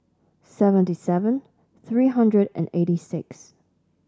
seventy seven three hundred and eighty six